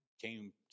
came